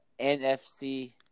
NFC